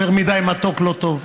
יותר מדי מתוק, לא טוב,